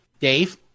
Dave